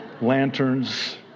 lanterns